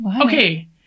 Okay